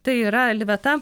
tai yra liveta